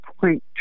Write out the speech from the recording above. Point